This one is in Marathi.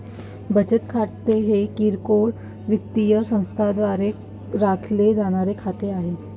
बचत खाते हे किरकोळ वित्तीय संस्थांद्वारे राखले जाणारे खाते आहे